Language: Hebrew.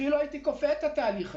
אפילו הייתי כופה את התהליך הזה.